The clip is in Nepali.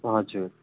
हजुर